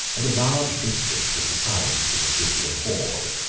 and a large district was assigned to the scythian horde,